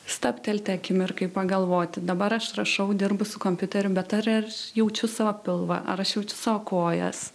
stabtelti akimirkai pagalvoti dabar aš rašau dirbu su kompiuteriu bet ar jaučiu savo pilvą ar aš jaučiu savo kojas